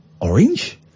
orange